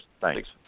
Thanks